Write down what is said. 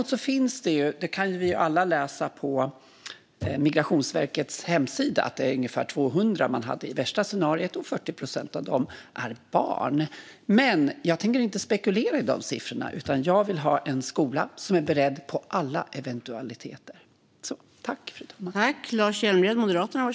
Vi kan alla läsa på Migrationsverkets hemsida att man i det värsta scenariot har ungefär 200 000 flyktingar och att 40 procent av dem är barn. Men jag tänker inte spekulera i de siffrorna, utan jag vill ha en skola som är beredd på alla eventualiteter.